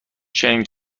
چنین